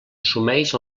assumeix